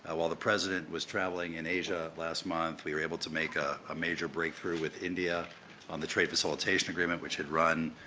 ah while the president was traveling in asia last month, we were able to make a ah major breakthrough with india on the trade facilitation agreement, which had run